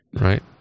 Right